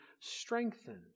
strengthened